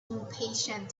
impatient